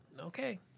okay